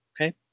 Okay